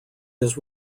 his